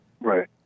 right